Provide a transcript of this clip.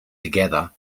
together